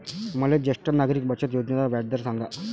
मले ज्येष्ठ नागरिक बचत योजनेचा व्याजदर सांगा